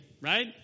right